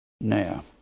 Now